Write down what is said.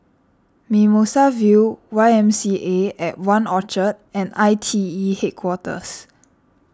Mimosa View Y M C A at one Orchard and I T E Headquarters